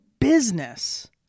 business